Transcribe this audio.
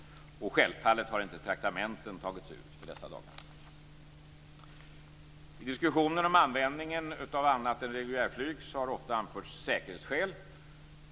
Självfallet har inte traktamenten tagits ut för dessa dagar. I diskussionen om användningen av annat än reguljärflyg har ofta anförts säkerhetsskäl.